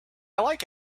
like